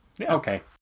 Okay